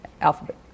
Alphabet